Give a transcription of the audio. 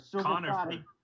Connor